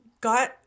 got